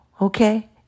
Okay